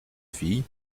fille